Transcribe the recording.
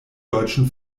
deutschen